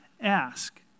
ask